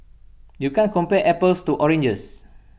you can't compare apples to oranges